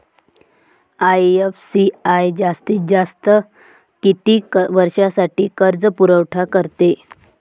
IFCI जास्तीत जास्त किती वर्षासाठी कर्जपुरवठा करते?